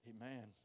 Amen